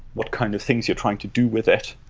what kind of things you're trying to do with it.